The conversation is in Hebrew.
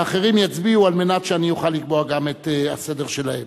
והאחרים יצביעו על מנת שאני אוכל לקבוע גם את הסדר שלהם.